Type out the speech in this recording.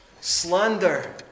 slander